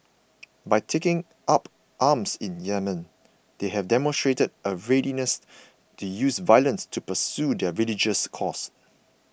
by taking up arms in Yemen they have demonstrated a readiness to use violence to pursue their religious cause